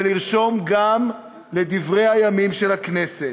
ולרשום גם לדברי הימים של הכנסת,